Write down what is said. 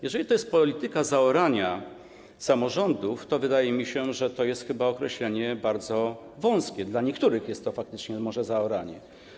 Jeżeli to jest polityka zaorania samorządów, to wydaje mi się, że jest to chyba określenie bardzo wąskie, dla niektórych jest to może zaoranie.